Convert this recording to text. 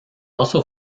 also